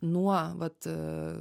nuo vat